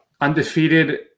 undefeated